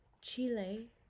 Chile